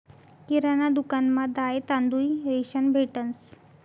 किराणा दुकानमा दाय, तांदूय, रेशन भेटंस